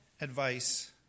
advice